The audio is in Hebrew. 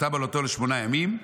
ותמל אותו לשמונה ימים.